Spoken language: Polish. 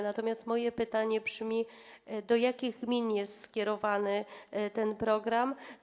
Natomiast moje pytanie brzmi: Do jakich gmin jest skierowany ten program?